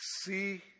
see